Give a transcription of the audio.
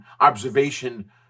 observation